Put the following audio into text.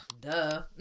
duh